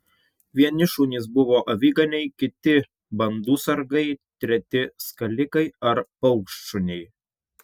vieni šunys buvo aviganiai kiti bandų sargai treti skalikai ar paukštšuniai